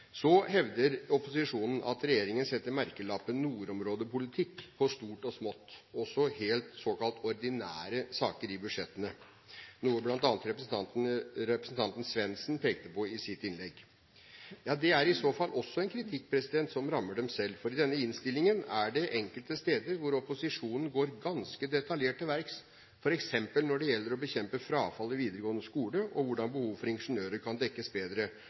Så hevder opposisjonen at regjeringen setter merkelappen «nordområdepolitikk» på stort og smått – også såkalt helt ordinære saker i budsjettene – noe bl.a. representanten Svendsen pekte på i sitt innlegg. Det er i så fall også en kritikk som rammer dem selv, for i denne innstillingen er det enkelte steder hvor opposisjonen går ganske detaljert til verks, f.eks. når det gjelder å bekjempe frafallet i videregående skole, og hvordan behovet for ingeniører kan dekkes bedre.